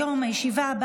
הוראת שעה,